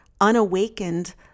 unawakened